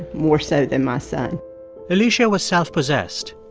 more so than my son alicia was self-possessed,